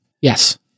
yes